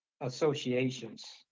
associations